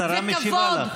השרה משיבה לך.